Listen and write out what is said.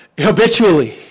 habitually